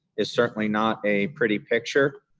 is certainly not a pretty picture.